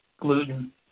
gluten